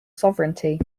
sovereignty